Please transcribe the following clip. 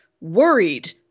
worried